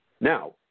now